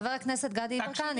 חבר הכנסת גדי יברקן,